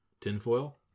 tinfoil